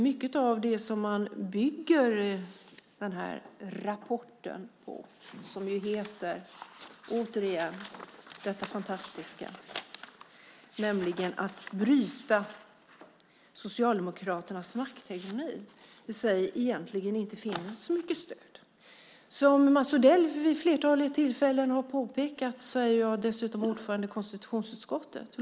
Mycket av det som man bygger sin rapport på - den har det fantastiska namnet Att bryta Socialdemokraternas makthegemoni - finns det egentligen inte mycket stöd för. Som Mats Odell vid ett flertal tillfällen har påpekat är jag ordförande i konstitutionsutskottet.